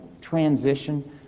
transition